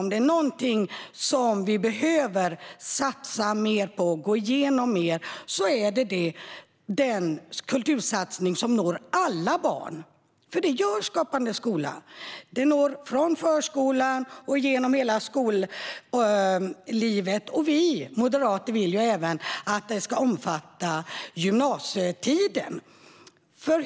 Är det någonting vi behöver satsa mer på och gå igenom mer är det den kultursatsning som når alla barn, och det gör Skapande skola. Den når barnen från att de går i förskola och genom hela skollivet, och vi moderater vill även att den ska omfatta gymnasietiden.